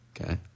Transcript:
okay